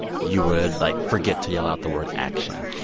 you would, like, forget to yell out the word action